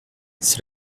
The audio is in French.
c’est